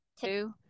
two